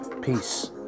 Peace